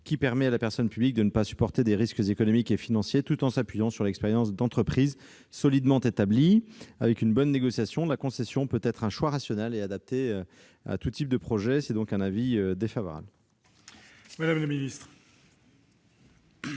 qui permet à la personne publique de ne pas supporter des risques économiques et financiers, tout en s'appuyant sur l'expérience d'entreprises solidement établies. Avec une bonne négociation, la concession peut être un choix rationnel et adapté à tout type de projets. L'avis est donc défavorable.